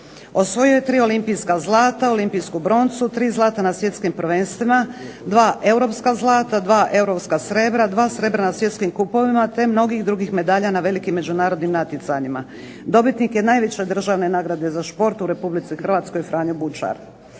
Osvojio je tri olimpijska zlata, olimpijsku broncu, tri zlata na svjetskim prvenstvima, dva europska zlata, dva europska srebra, dva srebra na svjetskim kupovima, te mnogih drugih medalja na velikim međunarodnim natjecanjima. Dobitnik je najveće državne nagrade za šport u Republici Hrvatskoj Franjo Bučar.